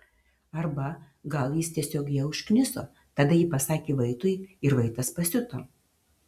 arba gal jis tiesiog ją užkniso tada ji pasakė vaitui ir vaitas pasiuto